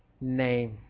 name